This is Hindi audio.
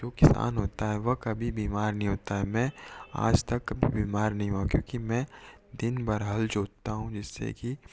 जो किसान होता है वह कभी बीमार नहीं होता है मैं आज तक कभी बीमार नहीं हुआ क्योंकि मैं दिनभर हल जोतता हूँ जिससे कि